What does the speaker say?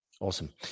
Awesome